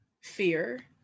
Fear